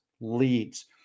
leads